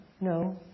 no